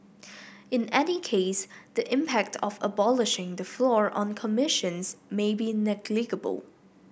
in any case the impact of abolishing the floor on commissions may be negligible